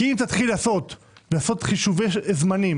כי אם תתחיל לעשות חישובי זמנים,